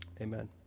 Amen